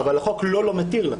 לא, אבל החוק לא לא מתיר לה.